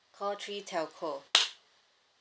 call three telco